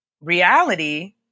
reality